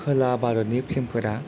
खोला भारतनि फिल्म फोरा